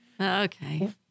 Okay